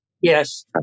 Yes